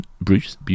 Bruce